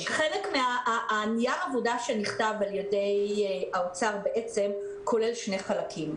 נייר העבודה שנכתב על ידי האוצר כולל שני חלקים.